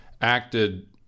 acted